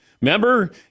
Remember